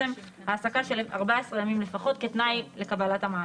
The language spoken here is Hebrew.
העסקה של 14 ימים לפחות כתנאי לקבלת המענק.